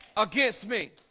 against me